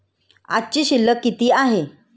आजची शिल्लक किती आहे?